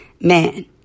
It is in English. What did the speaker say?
Man